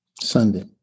Sunday